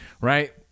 right